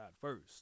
first